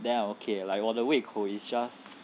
then I'm okay like 我的胃口 is just